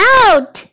out